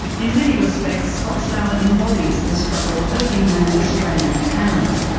in many respects scottsdale embodies the struggle of inland australian towns,